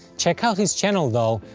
check out his channel though!